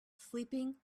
sleeping